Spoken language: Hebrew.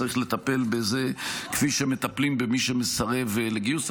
צריך לטפל בזה כפי שמטפלים במי שמסרב לגיוס.